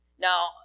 Now